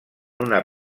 una